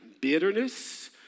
bitterness